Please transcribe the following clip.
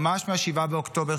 ממש מ-7 באוקטובר,